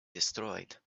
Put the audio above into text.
destroyed